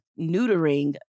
neutering